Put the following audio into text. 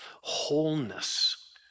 wholeness